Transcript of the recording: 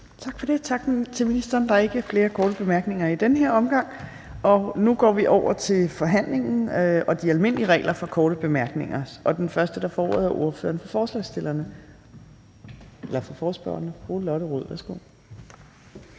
Torp): Tak til ministeren. Der er ikke flere korte bemærkninger i den her omgang. Nu går vi over til forhandlingen og de almindelige regler for korte bemærkninger, og den første, der får ordet, er ordføreren for forespørgerne, fru Lotte Rod. Værsgo.